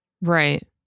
Right